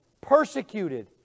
Persecuted